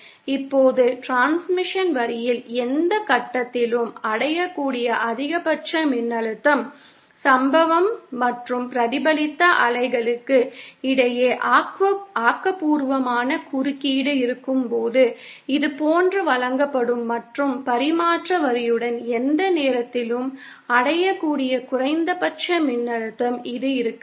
இப்போது டிரான்ஸ்மிஷன் வரியில் எந்த கட்டத்திலும் அடையக்கூடிய அதிகபட்ச மின்னழுத்தம் சம்பவம் மற்றும் பிரதிபலித்த அலைகளுக்கு இடையே ஆக்கபூர்வமான குறுக்கீடு இருக்கும்போது இதுபோன்று வழங்கப்படும் மற்றும் பரிமாற்ற வரியுடன் எந்த நேரத்திலும் அடையக்கூடிய குறைந்தபட்ச மின்னழுத்தம் இது இருக்கட்டும்